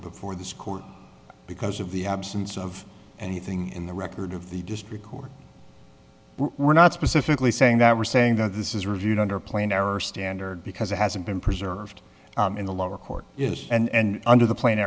before this court because of the absence of anything in the record of the district court we're not specifically saying that we're saying that this is reviewed under a plain error standard because it hasn't been preserved in the lower court is and under the plane